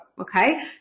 okay